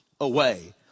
away